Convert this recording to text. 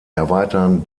erweitern